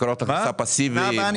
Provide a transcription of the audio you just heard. מקורות הכנסה פסיביים.